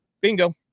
Bingo